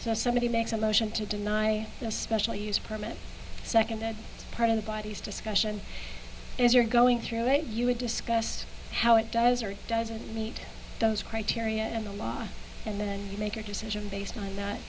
so somebody makes a motion to deny the special use permit second that part of the body's discussion is you're going through what you had discussed how it does or doesn't meet those criteria and the law and then you make your decision based on